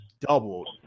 doubled